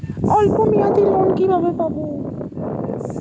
অল্প মেয়াদি লোন কিভাবে পাব?